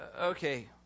okay